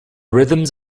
rhythms